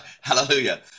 Hallelujah